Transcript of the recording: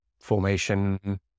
formation